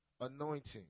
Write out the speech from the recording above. anointing